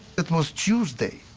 it was tuesday.